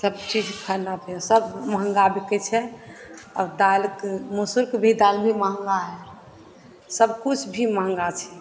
सभचीज खानाके सभ महँगा बिकै छै आओर दालिके मसूरके भी दालि भी महँगा हइ सभकिछु भी महँगा छै